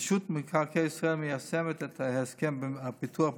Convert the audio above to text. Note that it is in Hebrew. רשות מקרקעי ישראל מיישמת את הסכם הפיתוח במלואו,